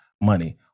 money